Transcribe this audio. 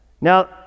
Now